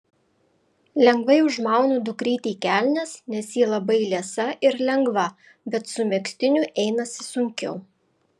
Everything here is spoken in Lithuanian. lengvai užmaunu dukrytei kelnes nes ji labai liesa ir lengva bet su megztiniu einasi sunkiau